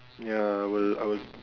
ya I will I will